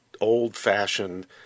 old-fashioned